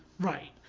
right